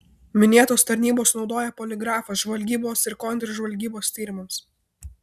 minėtos tarnybos naudoja poligrafą žvalgybos ir kontržvalgybos tyrimams